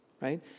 right